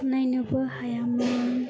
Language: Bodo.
नायनोबो हायामोन